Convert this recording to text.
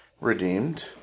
redeemed